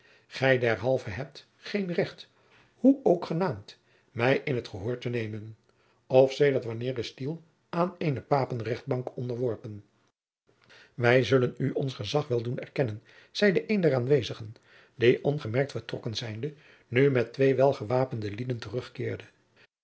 gij derhalve hebt geen recht hoe ook genaamd mij in t gehoor te nemen of sedert wanneer is tiel aan eene papenrechtbank onderworpen wij zullen u ons gezag wel doen erkennen zeide een der aanwezigen die ongemerkt vertrokken zijnde nu met twee welgewapende lieden terugkeerde